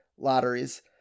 lotteries